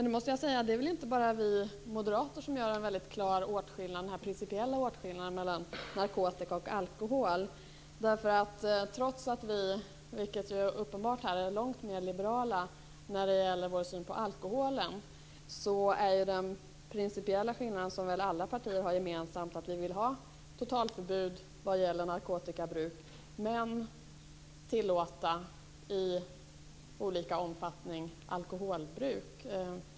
Det är väl inte bara vi moderater som gör en väldigt klar principiell åtskillnad mellan narkotika och alkohol? Trots att vi är långt mer liberala när det gäller vår syn på alkoholen, vilket är uppenbart här, är den principiella skillnaden att vi vill ha totalförbud vad gäller narkotikabruk men tillåta alkoholbruk i olika omfattning. Det tror jag att alla partier har gemensamt.